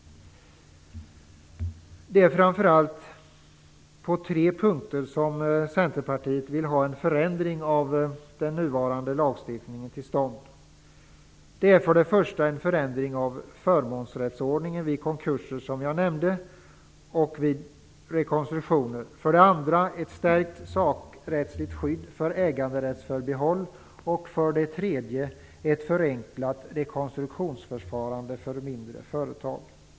Det är framför allt på tre punkter som Centerpartiet vill ha till stånd en förändring av den nuvarande lagstiftningen. För det första gäller det en förändring av förmånsrättsordningen vid konkurser, som jag nämnde, och vid rekonstruktioner. För det andra gäller det ett stärkt sakrättsligt skydd för äganderättsförbehåll. För det tredje gäller det ett förenklat rekonstruktionsförfarande för mindre företag.